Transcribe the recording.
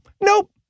Nope